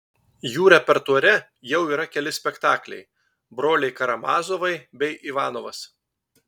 jų repertuare jau yra keli spektakliai broliai karamazovai bei ivanovas